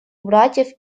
братьев